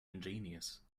ingenious